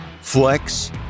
flex